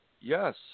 Yes